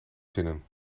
zinnen